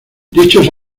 dichos